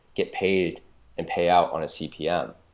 get paid and payout on a cpm.